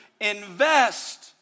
invest